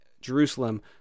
jerusalem